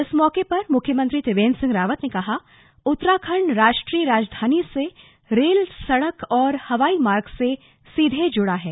इस मौके पर मुख्यमंत्री त्रिवेन्द्र सिंह रावत ने कहा कि उत्तराखण्ड राष्ट्रीय राजधानी से रेल सड़क और हवाई मार्ग से सीधे जुड़ा है